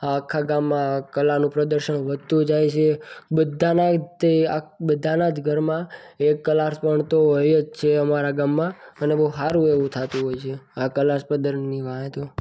આખા ગામમાં કલાનું પ્રદર્શન વધતું જાય છે બધાના જ તે બધાના ઘરમાં ક્લાસ ભણતો તો હોય જ છે અમારા ગામમાં અને બહું હારું એવું થતું હોય છે આ કલા સ્પર્ધાની વાંહે તો